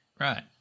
Right